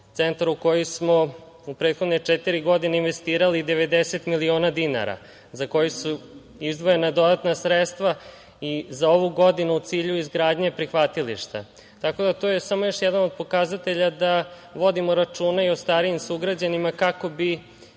centar u koji smo u prethodne četiri godine investirali 90 miliona dinara za koji su izdvojena dodatna sredstva i za ovu godinu u cilju izgradnje prihvatilišta. Tako da, to je samo još jedan od pokazatelja da vodimo računa i o starijim sugrađanima kako bi